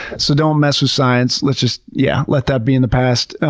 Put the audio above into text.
so don't mess with science. let's just, yeah, let that be in the past.